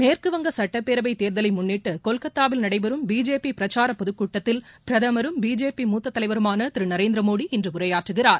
மேற்கு வங்க சுட்டப்பேரவை தேர்தலை முன்னிட்டு கொல்கத்தாவில் நடைபெறும் பிஜேபி பிரச்சார பொதுக்கூட்டத்தில் பிரதமரும் பிஜேபி மூத்த தலைவருமான திரு நரேந்திரமோடி இன்று உரையாற்றுகிறார்